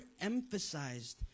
emphasized